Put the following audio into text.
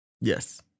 Yes